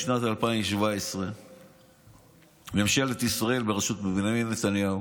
בשנת 2017 ממשלת ישראל בראשות בנימין נתניהו